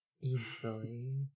Easily